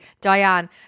Diane